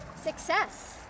Success